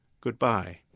Goodbye